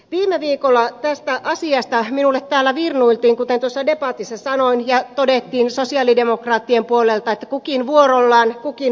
viime viikolla tästä asiasta minulle täällä virnuiltiin kuten tuossa debatissa sanoin ja todettiin sosialidemokraattien puolelta että kukin vuorollaan kukin vuorollaan